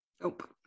Nope